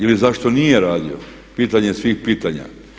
Ili zašto nije radio pitanje svih pitanja.